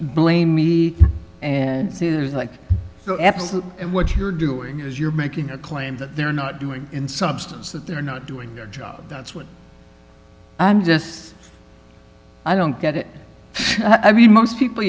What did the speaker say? blame me and says like so absolutely and what you're doing is you're making a claim that they're not doing in substance that they're not doing their job that's what i'm just i don't get it i mean most people